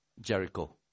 Jericho